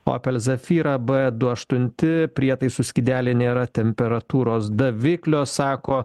opel zefyra b du aštunti prietaisų skydelyje nėra temperatūros daviklio sako